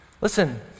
Listen